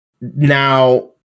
Now